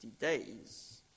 days